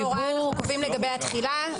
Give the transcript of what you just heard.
איזו הוראה אנו קובעים לגבי התחילה.